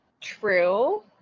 True